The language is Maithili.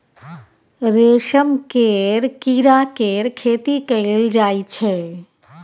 रेशम केर कीड़ा केर खेती कएल जाई छै